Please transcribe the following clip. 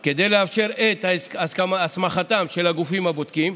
זה כדי לאפשר את הסמכתם של הגופים הבודקים,